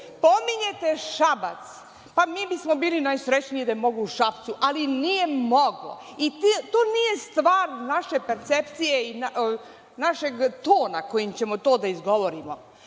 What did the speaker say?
godine. Pominjete Šabac, pa mi bismo bili najsrećniji da je moglo u Šapcu, ali nije moglo. To nije stvar naše percepcije i našeg tona kojim ćemo to da izgovorimo.